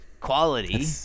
quality